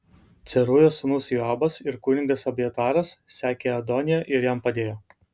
cerujos sūnus joabas ir kunigas abjataras sekė adoniją ir jam padėjo